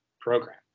program